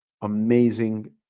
amazing